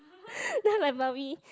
ya like mummy